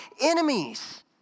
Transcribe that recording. enemies